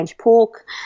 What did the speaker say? pork